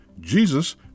Jesus